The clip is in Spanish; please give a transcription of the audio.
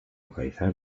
localizar